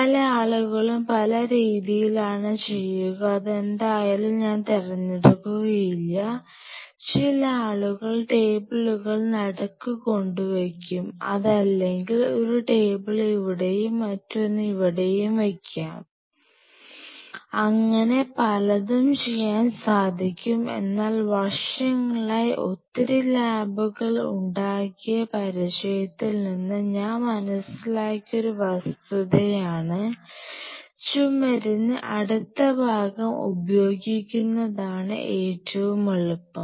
പല ആളുകളും പല രീതിയിലാണ് ചെയ്യുക അതെന്തായാലും ഞാൻ തെരഞ്ഞെടുക്കുകയില്ല ചില ആളുകൾ ടേബിളുകൾ നടുക്ക് കൊണ്ടുവയ്ക്കും അതല്ലെങ്കിൽ ഒരു ടേബിൾ ഇവിടെയും മറ്റൊന്ന് ഇവിടെയും വെക്കാം അങ്ങനെ പലതും ചെയ്യാൻ സാധിക്കും എന്നാൽ വർഷങ്ങളായി ഒത്തിരി ലാബുകൾ ഉണ്ടാക്കിയ പരിചയത്തിൽ നിന്ന് ഞാൻ മനസ്സിലാക്കിയ ഒരു വസ്തുതയാണ് ചുമരിന് അടുത്ത് ഭാഗം ഉപയോഗിക്കുന്നതാണ് ഏറ്റവും എളുപ്പം